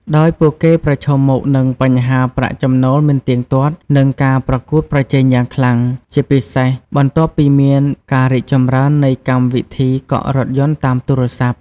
ដោយពួកគេប្រឈមមុខនឹងបញ្ហាប្រាក់ចំណូលមិនទៀងទាត់ និងការប្រកួតប្រជែងយ៉ាងខ្លាំង ជាពិសេសបន្ទាប់ពីមានការរីកចម្រើននៃកម្មវិធីកក់រថយន្តតាមទូរស័ព្ទ។